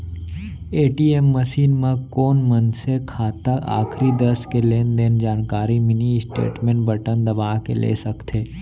ATM machine म कोन मनसे खाता आखरी दस लेनदेन के जानकारी मिनी स्टेटमेंट बटन दबा के ले सकथे